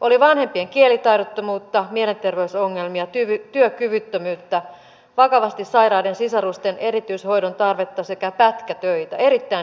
oli vanhempien kielitaidottomuutta mielenterveysongelmia työkyvyttömyyttä vakavasti sairaiden sisarusten erityishoidon tarvetta sekä pätkätöitä erittäin hyviä syitä